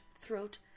throat